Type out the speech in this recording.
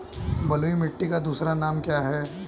बलुई मिट्टी का दूसरा नाम क्या है?